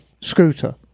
scooter